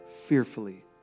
fearfully